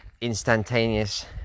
instantaneous